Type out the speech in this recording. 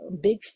big